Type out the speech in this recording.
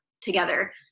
together